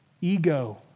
Ego